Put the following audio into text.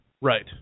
Right